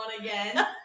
again